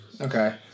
okay